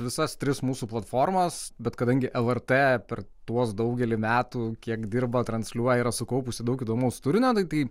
visas tris mūsų platformas bet kadangi lrt per tuos daugelį metų kiek dirba transliuoja yra sukaupusi daug įdomaus turinio tai tai